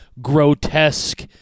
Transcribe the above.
grotesque